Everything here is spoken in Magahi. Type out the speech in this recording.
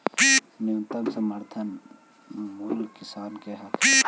न्यूनतम समर्थन मूल्य किसान के हक हइ